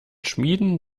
schmieden